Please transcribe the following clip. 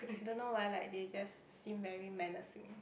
don't know why like they just seem very menacing